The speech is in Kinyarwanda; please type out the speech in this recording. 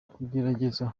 kugerageza